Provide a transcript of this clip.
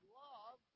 love